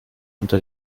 unter